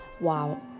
Wow